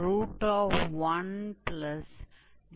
तो यह प्रश्न में एक छिपा हुआ हिस्सा है